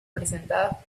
presentadas